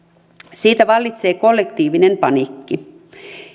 siitä vallitsee kollektiivinen paniikki